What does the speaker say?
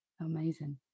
amazing